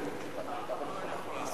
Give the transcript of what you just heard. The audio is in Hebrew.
ההצעה להעביר את הנושא